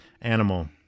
animal